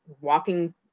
walking